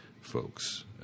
folks